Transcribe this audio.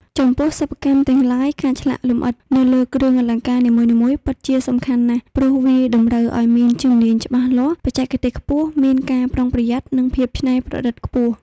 ចំពោះសិប្បកម្មទាំងឡាយ ការឆ្លាក់លម្អិតនៅលើគ្រឿងអលង្ការនីមួយៗពិតជាសំខាន់ណាស់ ព្រោះវាតម្រូវឲ្យមានជំនាញ់ច្បាស់លាស់ បច្ចេកទេសខ្ពស់ មានការប្រុងប្រយត្ន័ និងភាពច្នៃប្រឌិតខ្ពស់។